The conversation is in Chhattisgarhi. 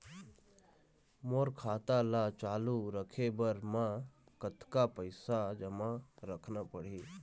मोर खाता ला चालू रखे बर म कतका पैसा जमा रखना पड़ही?